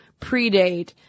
predate